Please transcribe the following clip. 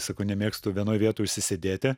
sakau nemėgstu vienoj vietoj užsisėdėti